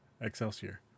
Excelsior